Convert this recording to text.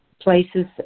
places